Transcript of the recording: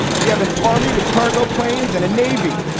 we have an army with cargo planes and a navy.